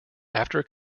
after